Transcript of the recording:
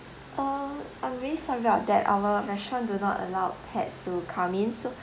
uh I'm really sorry about that our restaurant do not allow pets to come in so